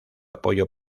apoyo